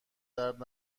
درد